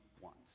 want